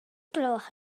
gloch